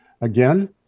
again